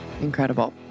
Incredible